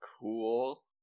Cool